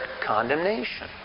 condemnation